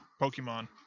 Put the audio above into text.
Pokemon